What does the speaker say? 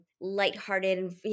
lighthearted